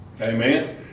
Amen